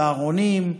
צהרונים,